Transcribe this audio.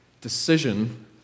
decision